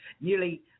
nearly